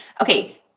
okay